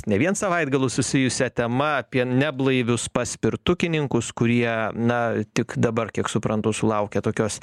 ne vien savaitgaliu susijusia tema apie neblaivius paspirtukininkus kurie na tik dabar kiek suprantu sulaukia tokios